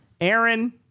Aaron